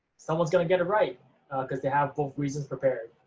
someone's going to get it right because they have both reasons prepared.